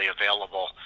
available